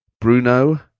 Bruno